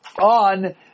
on